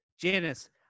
Janice